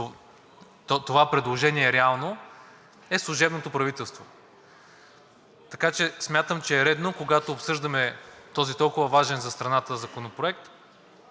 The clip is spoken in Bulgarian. това предложение реално, са служебното правителство. Смятам че е редно, когато обсъждаме този толкова важен за страната законопроект,